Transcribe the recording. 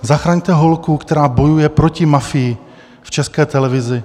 Zachraňte holku, která bojuje proti mafii v České televizi.